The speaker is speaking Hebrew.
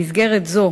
במסגרת זו